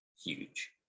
huge